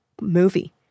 movie